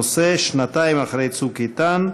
בנושא: שנתיים אחרי "צוק איתן":